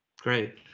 Great